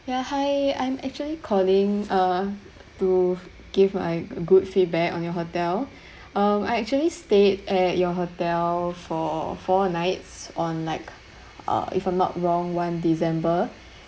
ya hi I'm actually calling uh to give my good feedback on your hotel um I actually stayed at your hotel for four nights on like uh if I'm not wrong [one] december